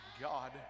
God